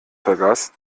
vergaß